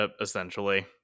essentially